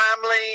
family